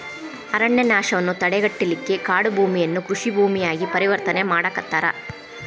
ಅರಣ್ಯನಾಶವನ್ನ ತಡೆಗಟ್ಟಲಿಕ್ಕೆ ಕಾಡುಭೂಮಿಯನ್ನ ಕೃಷಿ ಭೂಮಿಯಾಗಿ ಪರಿವರ್ತನೆ ಮಾಡಾಕತ್ತಾರ